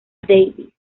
davis